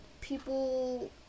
people